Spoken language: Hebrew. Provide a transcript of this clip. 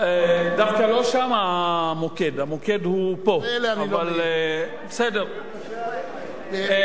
דווקא המוקד הוא פה ולא שם.